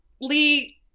lee